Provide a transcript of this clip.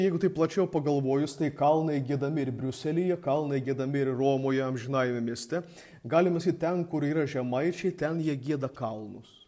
jeigu taip plačiau pagalvojus tai kalnai giedami ir briuselyje kalnai giedami ir romoje amžinajame mieste galima sakyt ten kur yra žemaičiai ten jie gieda kalnus